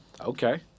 Okay